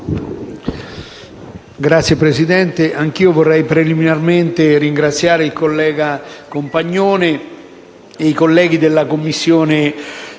Signor Presidente, anch'io vorrei preliminarmente ringraziare il collega Compagnone, i colleghi della Commissione